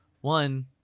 One